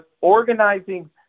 organizing